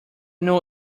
know